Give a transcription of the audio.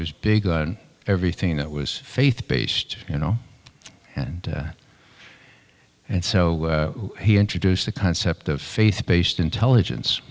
was big on everything that was faith based you know and and so he introduced the concept of faith based intelligence